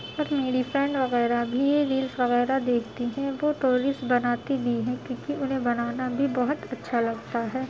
پر میری فرینڈ وغیرہ بھی یہ ریلس وغیرہ دیکھتی ہیں وہ تو ریلس بناتی بھی ہیں کیونکہ انہیں بنانا بھی بہت اچھا لگتا ہے